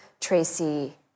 Tracy